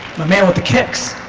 my man but kicks.